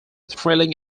thrilling